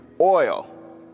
oil